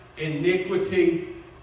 iniquity